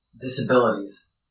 disabilities